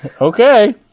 Okay